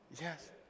Yes